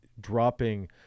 dropping